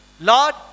Lord